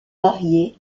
mariée